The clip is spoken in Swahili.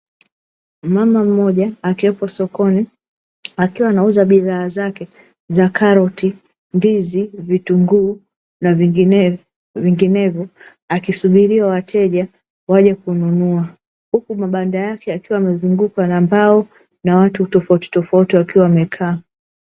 Mama mmoja akiwepo sokoni akiwa anauza bidhaa zake za karoti, ndizi, vitunguu na vinginevyo akisubiria wateja waje kununua, huku mabanda yake yakiwa yamezungukwa na mbao na watu tofautitofauti wakiwa wamekaa.